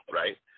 right